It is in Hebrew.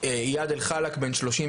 איאד אל-חלאק בן 31,